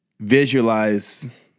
visualize